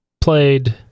played